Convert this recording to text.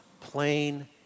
plain